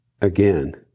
again